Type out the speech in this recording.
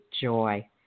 joy